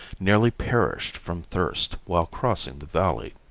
nearly perished from thirst while crossing the valley.